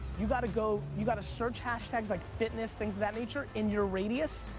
you gotta go, you gotta search hashtags like fitness, things of that nature in your radius,